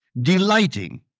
delighting